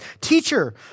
Teacher